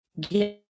give